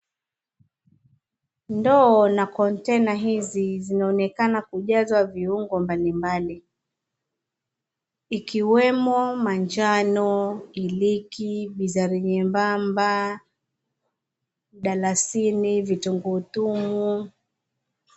Ndoo na kontena hizi zinaonekana kujazwa viuongo mbalimbali, ikiwemo manjano, iliki, bizari nyembamba, mdalasini, vitunguu tumu.